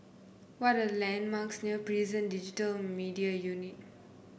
what are the landmarks near Prison Digital Media Unit